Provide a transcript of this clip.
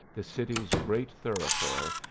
the city's great thoroughfare,